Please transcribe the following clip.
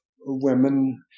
women